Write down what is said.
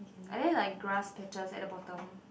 are there like grass patches at the bottom